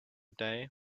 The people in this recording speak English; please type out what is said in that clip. day